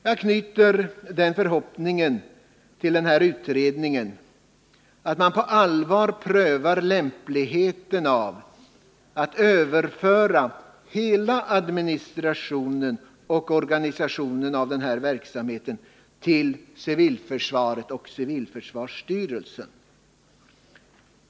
Jag knyter den förhoppningen till den här utredningen att den på allvar skall pröva lämpligheten av att överföra hela administrationen och organisationen av denna verksamhet till civilförsvaret och civilförsvarsstyrelsen.